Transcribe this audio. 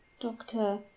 doctor